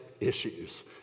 issues